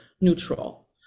neutral